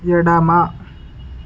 ఎడమ